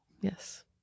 Yes